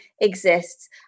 exists